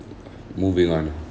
moving on